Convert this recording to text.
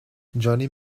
johnny